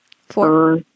Four